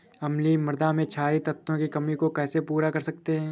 अम्लीय मृदा में क्षारीए तत्वों की कमी को कैसे पूरा कर सकते हैं?